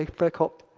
like fair cop.